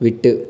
விட்டு